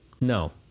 No